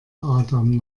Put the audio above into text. adam